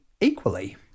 equally